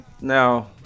Now